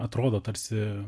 atrodo tarsi